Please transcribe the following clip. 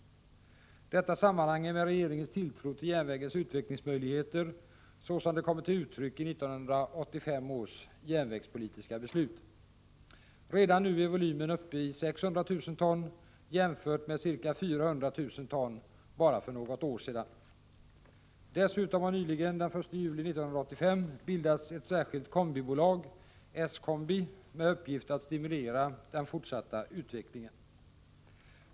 Detta sammanhänger med regeringens tilltro till järnvägens utvecklingsmöjligheter såsom de kommer till uttryck i 1985 års järnvägspolitiska beslut. Redan nu är volymen uppe i 600 000 ton jämfört med ca 400 000 ton bara för något år sedan. Dessutom har nyligen — den 1 juli 1985 — bildats ett särskilt kombibolag — S-Combi — med uppgift att stimulera den fortsatta utvecklingen.